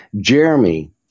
Jeremy